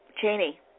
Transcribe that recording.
Cheney